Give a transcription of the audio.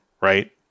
right